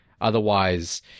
Otherwise